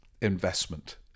investment